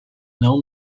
não